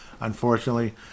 Unfortunately